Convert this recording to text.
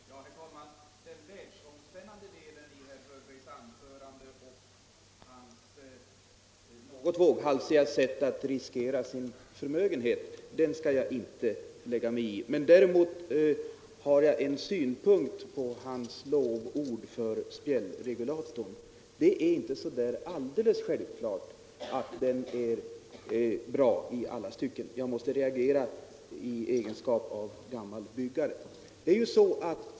Herr talman! Den världsomspännande delen i herr Hörbergs anförande och hans något våghalsiga sätt att riskera sin förmögenhet skall jag inte lägga mig i. Däremot har jag en synpunkt på hans lovord för spjällregulatorn. Det är inte så där alldeles självklart att den är bra i alla stycken. Jag måste reagera i egenskap av gammal byggare.